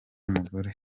umugore